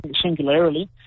singularly